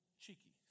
cheeky